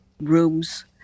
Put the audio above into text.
rooms